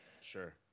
Sure